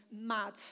mad